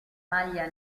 maglia